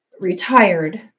retired